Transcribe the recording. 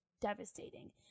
devastating